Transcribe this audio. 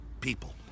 people